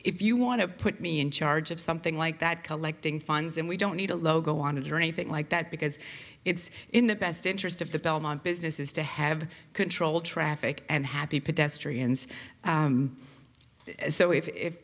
if you want to put me in charge of something like that collecting funds in we don't need a logo on it or anything like that because it's in the best interest of the belmont businesses to have control traffic and happy